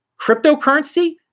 cryptocurrency